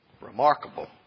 Remarkable